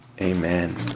Amen